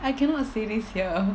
I cannot say this here